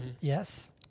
Yes